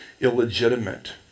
illegitimate